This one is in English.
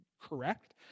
correct